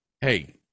hey